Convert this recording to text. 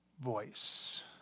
voice